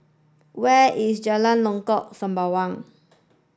where is Jalan Lengkok Sembawang